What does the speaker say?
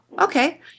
okay